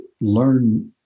learn